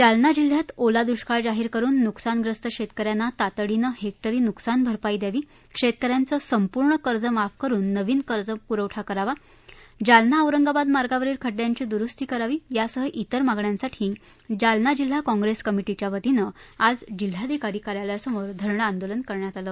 जालना जिल्ह्यात ओला दृष्काळ जाहीर करून नुकसानग्रस्त शेतकऱ्यांना तातडीनं हेक्टरी नुकसान भरपाई द्यावी शेतकऱ्यांचे संपूर्ण कर्ज माफ करून नवीन कर्जपुरवठा करावा जालना औरंगाबाद मार्गावरील खड्ड्यांची दुरुस्ती करावी यासह त्विर मागण्यांसाठी जालना जिल्हा काँग्रेस कमिटीच्यावतीनं आज जिल्हाधिकारी कार्यालयासमोर धरणे आंदोलन केलं